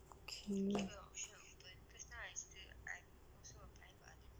okay